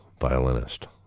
violinist